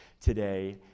today